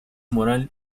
moral